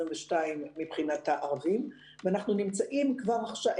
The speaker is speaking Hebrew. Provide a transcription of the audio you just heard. מבחינת הערבים ואנחנו נמצאים כבר עכשיו,